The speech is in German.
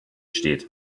steht